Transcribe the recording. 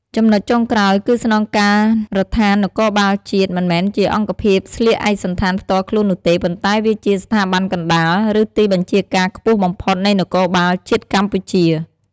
ចំណុចចុងក្រោយគឺស្នងការដ្ឋាននគរបាលជាតិ មិនមែនជាអង្គភាពស្លៀកឯកសណ្ឋានផ្ទាល់ខ្លួននោះទេ ប៉ុន្តែវាជា ស្ថាប័នកណ្ដាល ឬទីបញ្ជាការខ្ពស់បំផុត នៃនគរបាលជាតិកម្ពុជា។